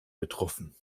betroffen